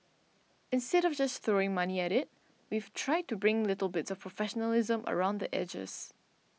instead of just throwing money at it we've tried to bring little bits of professionalism around the edges